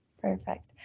Perfect